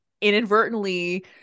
inadvertently